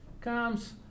comes